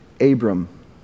Abram